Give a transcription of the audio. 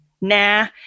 nah